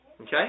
Okay